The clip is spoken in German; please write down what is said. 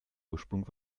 ursprung